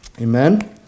Amen